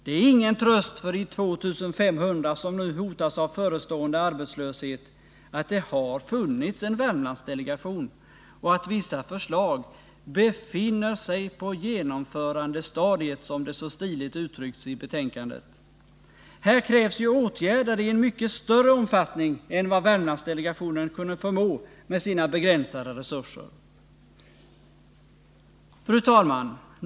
Det är ingen tröst för de 2 500 som nu hotas av förestående arbetslöshet att det har funnits en Värmlandsdelegation och att vissa förslag ”befinner sig på genomförandestadiet”, som det så stiligt uttrycks i betänkandet. Här krävs ju åtgärder i en mycket större omfattning än Värmlandsdelegationen kunde förmå med sina begränsade resurser. Fru talman!